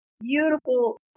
beautiful